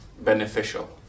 beneficial